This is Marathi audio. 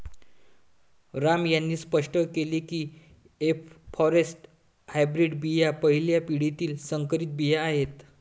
रामू यांनी स्पष्ट केले की एफ फॉरेस्ट हायब्रीड बिया पहिल्या पिढीतील संकरित बिया आहेत